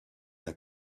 d’un